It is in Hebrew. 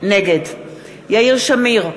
נגד יאיר שמיר,